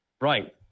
Right